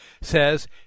says